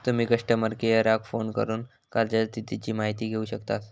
तुम्ही कस्टमर केयराक फोन करून कर्जाच्या स्थितीची माहिती घेउ शकतास